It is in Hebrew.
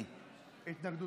אבל בבקשה,